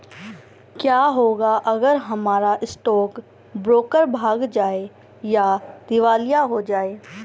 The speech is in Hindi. क्या होगा अगर हमारा स्टॉक ब्रोकर भाग जाए या दिवालिया हो जाये?